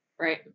right